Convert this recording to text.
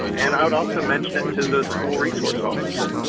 and i would also mention it to the school resource officer